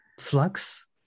flux